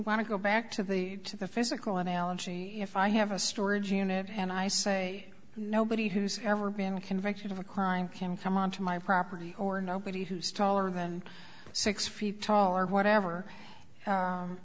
want to go back to the to the physical analogy if i have a storage unit and i say nobody who's ever been convicted of a crime can come onto my property or nobody who's taller than six feet tall or whatever